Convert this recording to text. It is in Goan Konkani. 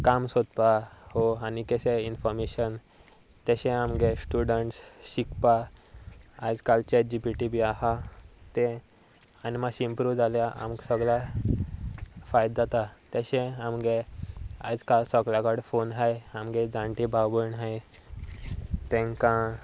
काम सोदपा हो आनी केशें इनफोमेशन तेशें आमगे स्टुडंट्स शिकपा आयज कालचे जी पी टी बी आसा तें आनी मात्शें इम्प्रूव जाल्या आमकां सगल्या फायदो जाता तेशें आमगे आयज काल सगळे कडेन फोन आहाय आमगे जाणटी बावण हाय तांकां